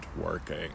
working